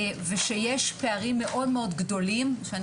ושיש פערים מאוד מאוד גדולים שאני